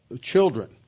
children